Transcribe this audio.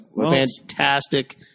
fantastic